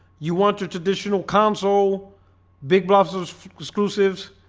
you want your traditional console big blobs of exclusives